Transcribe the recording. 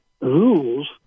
rules